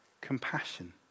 compassion